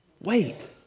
Wait